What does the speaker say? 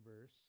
verse